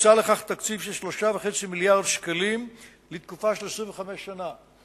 הוקצה לכך תקציב של 3.5 מיליארדי שקלים לתקופה של 25 שנה.